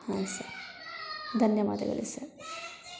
ಹಾಂ ಸರ್ ಧನ್ಯವಾದಗಳು ಸರ್